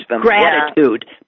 gratitude